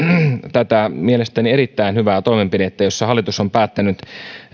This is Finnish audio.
tätä mielestäni erittäin hyvää toimenpidettä jossa hallitus on päättänyt